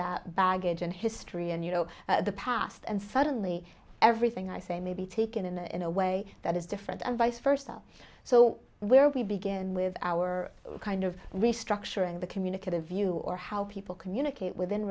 that baggage and history and you know the past and suddenly everything i say may be taken in a in a way that is different and vice versa so where we begin with our kind of restructuring the communicative view or how people communicate within